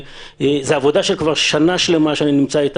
זאת עבודה שכבר שנה שלמה אני נמצא בה איתם.